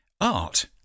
art